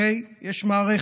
יש מערכת,